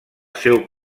seu